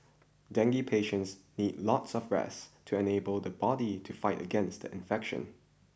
dengue patients need lots of rest to enable the body to fight against the infection